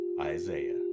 Isaiah